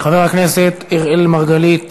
חבר הכנסת אראל מרגלית,